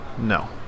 No